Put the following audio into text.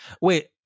Wait